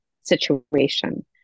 situation